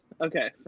okay